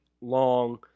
long